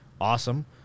Awesome